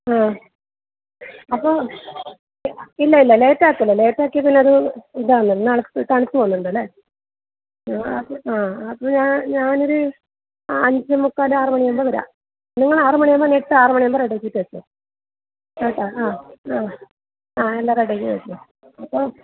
ആ അപ്പോൾ ഇല്ലയില്ല ലേറ്റ് ആകില്ല ലേറ്റ് ആക്കിയാൽ പിന്നെ അത് ഇതാവും തണുത്തു പോകുന്നുണ്ടല്ലേ ആ ആ അപ്പോൾ ഞാൻ ഞാനൊരു അഞ്ചേമുക്കാൽ ആറുമണി ആവുമ്പോൾ വിടാം നിങ്ങൾ ആറുമണി ആകുമ്പോഴത്തേക്ക് ആറുമണി ആകുമ്പത്തേക്ക് റെഡി ആക്കി വെച്ചോ കേട്ടോ ആ ആ എല്ലാം റെഡി ആക്കി വെച്ചോ ഓക്കെ